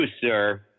sir